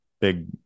big